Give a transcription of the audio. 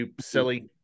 silly